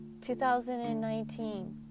2019